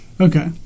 Okay